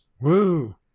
Woo